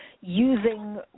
using